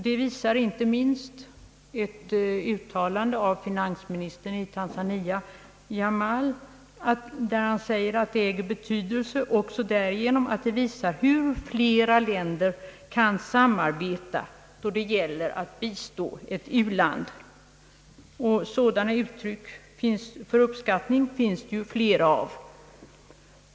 Det visar inte minst ett uttalande av finansministern i Tanzania, herr Jamal, när han säger att detta samarbete är av betydelse också därigenom att det visar hur flera länder kan samarbeta, då det gäller att bistå ett u-land. Sådana uttryck för uppskattning finns det flera.